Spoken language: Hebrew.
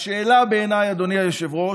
השאלה, בעיניי, אדוני היושב-ראש,